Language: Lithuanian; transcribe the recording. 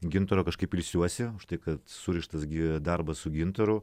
gintaro kažkaip ilsiuosi už tai kad surištas gi darbas su gintaru